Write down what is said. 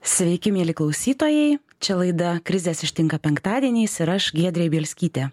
sveiki mieli klausytojai čia laida krizės ištinka penktadieniais ir aš giedrė bielskytė